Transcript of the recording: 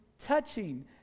touching